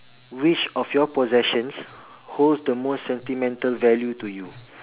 which of your possessions holds the most sentimental value to you